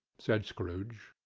said scrooge.